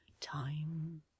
time